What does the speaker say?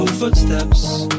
Footsteps